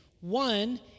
One